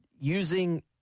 using